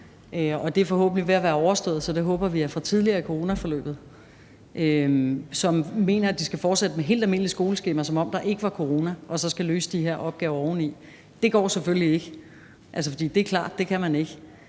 det er forhåbentlig ved at være overstået, så det håber vi er fra tidligere i coronaforløbet – som mener, at de skal fortsætte med helt almindeligt skoleskema, som om der ikke var corona, og oveni så skal løse de her opgaver. Det går selvfølgelig ikke, for det er klart, at det kan man ikke.